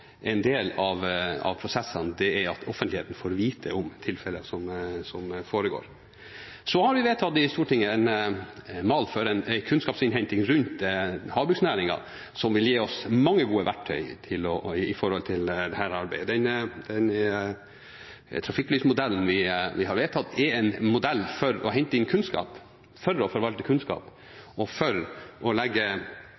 en del av prosessene er at offentligheten får vite om det som foregår. Så har vi vedtatt i Stortinget en mal for kunnskapsinnhenting rundt havbruksnæringen som vil gi oss mange gode verktøy i dette arbeidet. Den trafikklysmodellen vi har vedtatt, er en modell for å hente inn kunnskap, for å forvalte kunnskap